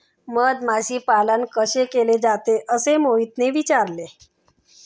मधमाशी पालन कसे केले जाते? असे मोहितने विचारले